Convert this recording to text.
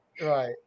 Right